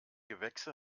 gewächse